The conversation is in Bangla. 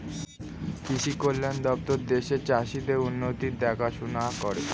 কৃষি কল্যাণ দপ্তর দেশের চাষীদের উন্নতির দেখাশোনা করে